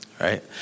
right